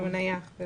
שהוא נייח.